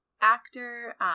actor